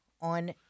on